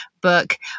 book